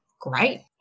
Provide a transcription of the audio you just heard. great